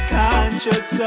conscious